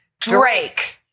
Drake